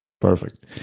Perfect